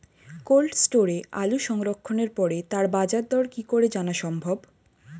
Cold স্টোরে আলু সংরক্ষণের পরে তার বাজারদর কি করে জানা সম্ভব?